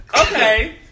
Okay